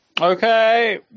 Okay